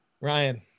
Ryan